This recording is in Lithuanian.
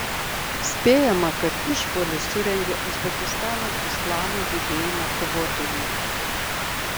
spėjama kad išpuolį surengė uzbekistano islamo judėjimo kovotojai